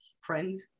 friends